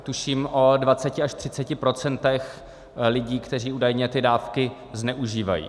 tuším, o dvaceti až třiceti procentech lidí, kteří údajně ty dávky zneužívají.